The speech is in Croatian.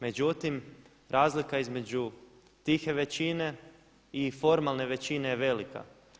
Međutim, razlika između tihe većine i formalne većine je velika.